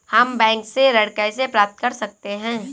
हम बैंक से ऋण कैसे प्राप्त कर सकते हैं?